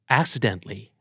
accidentally